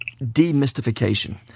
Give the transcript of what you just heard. demystification